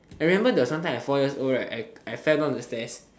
I remember there was some time I four years old right I I fell down the stairs